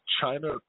China